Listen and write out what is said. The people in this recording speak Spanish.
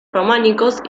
románicos